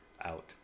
out